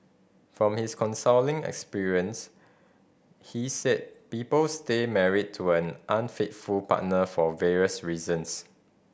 from his counselling experience he said people stay married to an unfaithful partner for various reasons